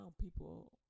People